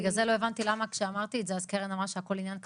בגלל זה לא הבנתי למה כשאמרתי את זה אז קרן אמרה שהכל עניין כלכלי,